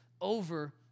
over